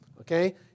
Okay